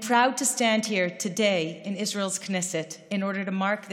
(אומרת דברים בשפה האנגלית, להלן תרגומם: